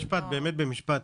באמת במשפט,